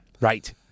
Right